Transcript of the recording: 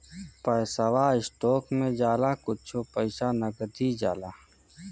पैसवा स्टोक मे जाला कुच्छे पइसा नगदी जाला